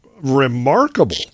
remarkable